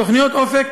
תוכניות "אופק",